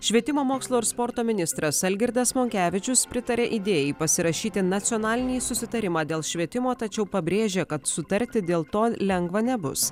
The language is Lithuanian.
švietimo mokslo ir sporto ministras algirdas monkevičius pritarė idėjai pasirašyti nacionalinį susitarimą dėl švietimo tačiau pabrėžė kad sutarti dėl to lengva nebus